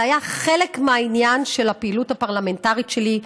זה היה חלק מהעניין של הפעילות הפרלמנטרית שלי,